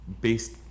based